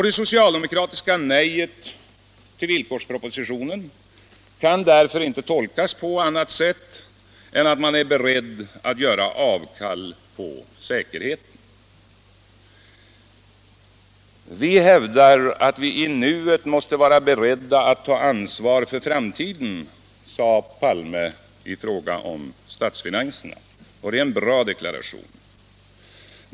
Det socialdemokratiska nejet till villkorspropositionen kan därför inte tolkas på annat sätt än att man är beredd att göra avkall på säkerheten. Vi hävdar att vi i nuet måste vara beredda att ta ansvar för framtiden, sade herr Palme i fråga om statsfinanserna, och det är en bra deklaration.